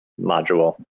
module